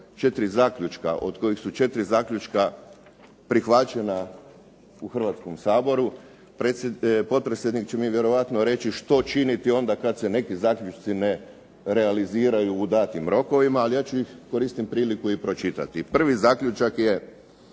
4 zaključka od kojeg su 4 zaključka prihvaćena u Hrvatskom saboru. Potpredsjednik će mi vjerojatno reći, što činiti onda kada se neki zaključci ne realiziraju u datim rokovima. Ali ja ću ih, koristim priliku i pročitati. Prvi zaključak je